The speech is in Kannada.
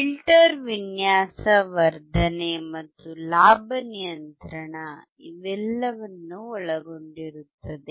ಫಿಲ್ಟರ್ ವಿನ್ಯಾಸ ವರ್ಧನೆ ಮತ್ತು ಲಾಭ ನಿಯಂತ್ರಣವನ್ನು ಇವೆಲ್ಲವನ್ನೂ ಒಳಗೊಂಡಿರುತ್ತದೆ